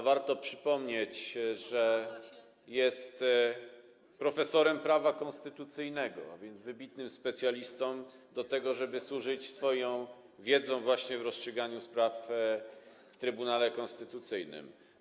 Warto przypomnieć, że jest profesorem prawa konstytucyjnego, a więc wybitnym specjalistą, jeżeli chodzi o to, żeby służyć swoją wiedzą właśnie w rozstrzyganiu spraw w Trybunale Konstytucyjnym.